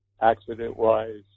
accident-wise